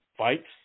Fights